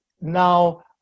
now